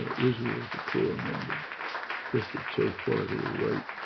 israel's a core member shifted so far to the right.